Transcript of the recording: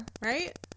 Right